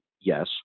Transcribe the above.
Yes